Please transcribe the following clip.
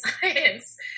science